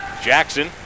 Jackson